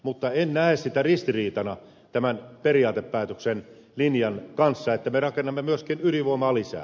mutta en näe sitä ristiriitana tämän periaatepäätöksen linjan kanssa että me rakennamme myöskin ydinvoimaa lisää